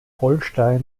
holstein